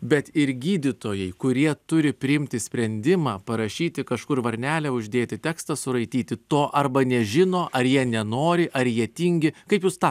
bet ir gydytojai kurie turi priimti sprendimą parašyti kažkur varnelę uždėti tekstą suraityti to arba nežino ar jie nenori ar jie tingi kaip jūs tą